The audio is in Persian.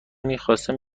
میخواستم